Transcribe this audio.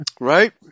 Right